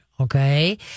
Okay